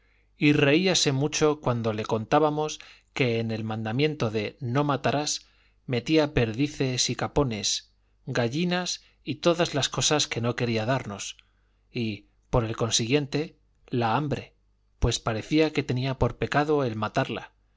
y reíase mucho cuando le contábamos que en el mandamiento de no matarás metía perdices y capones gallinas y todas las cosas que no quería darnos y por el consiguiente la hambre pues parecía que tenía por pecado el matarla